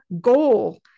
goal